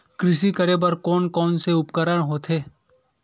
कृषि करेबर कोन कौन से उपकरण होथे?